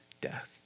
death